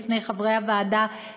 לפני הוועדה,